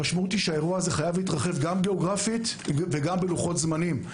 המשמעות היא שהאירוע הזה חייב להתרחב גם גיאוגרפית וגם בלוחות זמנים.